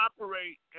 operate